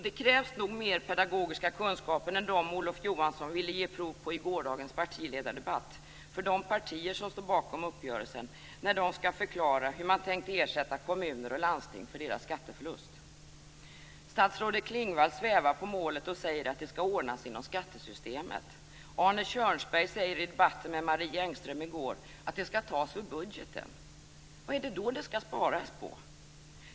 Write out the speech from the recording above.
Det krävs nog mer pedagogiska kunskaper än de som Olof Johansson ville ge prov på i gårdagens partiledardebatt för de partier som står bakom uppgörelsen, när de skall förklara hur man har tänkt ersätta kommuner och landsting för deras skatteförlust. Statsrådet Klingvall svävar på målet och säger att det skall ordnas inom skattesystemet. Arne Kjörnsberg sade i debatten med Marie Engström i går att det skall tas ur budgeten. Vad är det då som det skall sparas på?